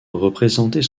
représenter